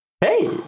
hey